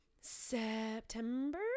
september